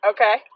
Okay